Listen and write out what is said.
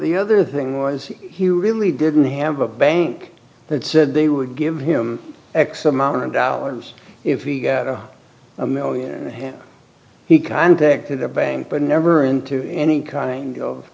the other thing was he really didn't have a bank that said they would give him x amount of dollars if he got a one million and a half he contacted the bank but never into any kind of